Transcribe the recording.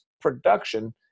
production